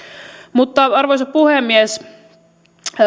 mutta arvoisa puhemies